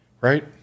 right